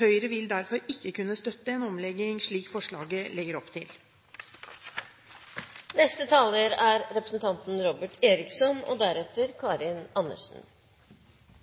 Høyre vil derfor ikke kunne støtte en omlegging slik forslaget legger opp til. Det var interessant å høre saksordføreren. Det er